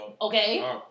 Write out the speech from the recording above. Okay